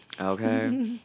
Okay